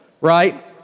right